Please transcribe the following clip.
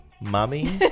Mommy